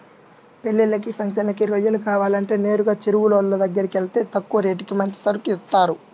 పెళ్ళిళ్ళకి, ఫంక్షన్లకి రొయ్యలు కావాలంటే నేరుగా చెరువులోళ్ళ దగ్గరకెళ్తే తక్కువ రేటుకి మంచి సరుకు ఇత్తారు